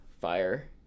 fire